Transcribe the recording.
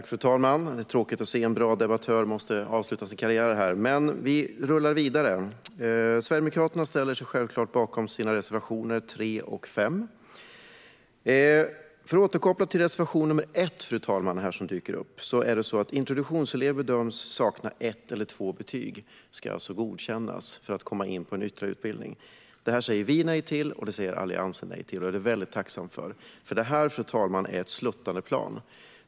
Fru talman! Det är tråkigt att se att en bra debattör måste avsluta sin karriär här, men vi rullar vidare. Sverigedemokraterna yrkar självklart bifall till sina reservationer 3 och 5. Fru talman! Jag ska återkoppla till reservation nr 1, som dyker upp här. Det handlar om att introduktionselever som bedöms sakna ett eller två betyg ska godkännas för att komma in på en utbildning. Det säger vi nej till, och det säger Alliansen nej till. Det är jag väldigt tacksam för, för detta är ett sluttande plan.